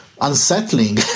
unsettling